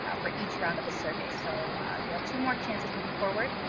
ah for each round of the survey. so you have two more chances moving forward.